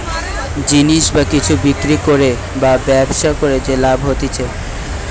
জিনিস বা কিছু বিক্রি করে বা ব্যবসা করে যে লাভ হতিছে